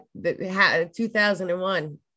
2001